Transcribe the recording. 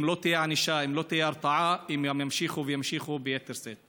אם לא תהיה ענישה ולא תהיה הרתעה הם יימשכו ויימשכו ביתר שאת.